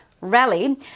rally